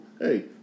Hey